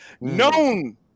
known